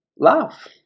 love